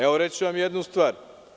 Evo, reći ću vam jednu stvar.